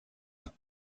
hat